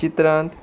चित्रांत